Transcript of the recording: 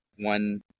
one